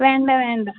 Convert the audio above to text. വേണ്ട വേണ്ട